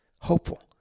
Hopeful